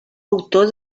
autor